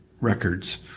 records